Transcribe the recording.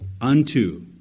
Unto